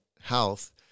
health